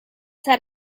had